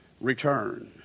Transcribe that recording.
return